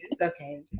Okay